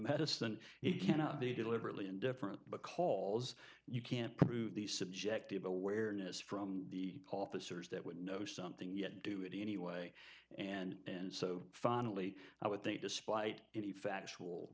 medicine it cannot be deliberately indifferent because you can't prove the subjective awareness from the officers that would know something yet do it anyway and so finally i would think despite any factual